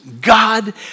God